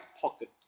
pocket